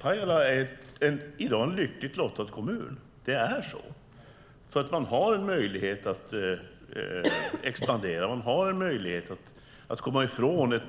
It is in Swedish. Pajala är i dag en lyckligt lottad kommun, för man har en möjlighet att expandera och komma ifrån en